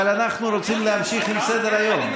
אבל אנחנו רוצים להמשיך בסדר-היום.